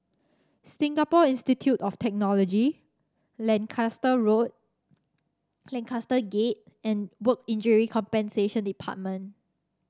Singapore Institute of Technology Lancaster Road Lancaster Gate and Work Injury Compensation Department